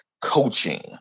coaching